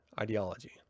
ideology